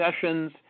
sessions